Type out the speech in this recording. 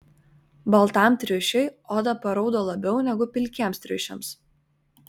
baltam triušiui oda paraudo labiau negu pilkiems triušiams